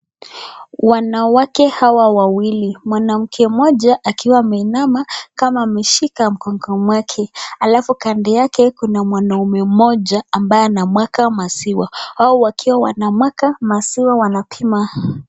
Wanawake hawa wawili mwanamke mmoja akiwa ameinama kama ameshika mgongo wake, alafu kando yake kuna mwanaume mmoja ambaye anamueka maziwa. Hawa wakiwa wanamwaga maziwa wanapima.